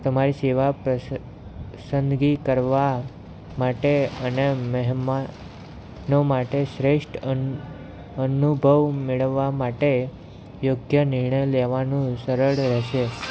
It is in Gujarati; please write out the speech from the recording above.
તમારી સેવા પ્રસં પસંદગી કરવા માટે અને મહેમાનો માટે શ્રેષ્ઠ અન અનુભવ મેળવવા માટે યોગ્ય નિર્ણય લેવાનું સરળ રહેશે